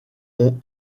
ont